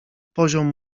poziom